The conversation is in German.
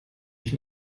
ich